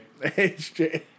HJ